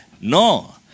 no